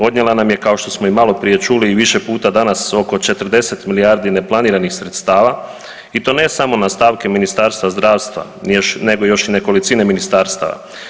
Odnijela nam je kao što smo i malo prije čuli, i više puta danas, oko 40 milijardi neplaniranih sredstava i to ne samo na stavke Ministarstva zdravstva, nego još i nekolicine ministarstava.